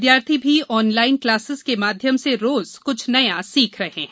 विद्यार्थी भी online classes के माध्यम से रोज कुछ नया सीख रहे हैं